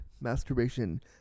masturbation